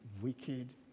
wicked